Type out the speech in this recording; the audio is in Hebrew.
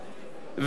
בהם,